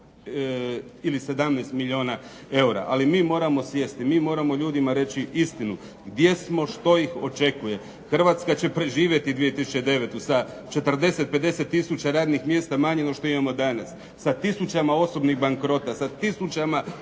ili 17 milijuna eura. Ali mi moramo sjesti, mi moramo ljudima reći istinu gdje smo, što ih očekuje. Hrvatska će preživjeti 2009. godinu sa 40, 50000 radnih mjesta manje no što imamo danas, sa tisućama osobnih bankrota, sa tisućama